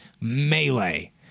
melee